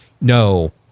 no